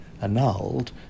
annulled